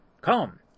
Come